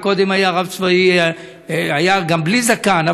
וקודם היה רב צבאי בלי זקן,